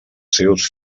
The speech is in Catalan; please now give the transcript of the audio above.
seus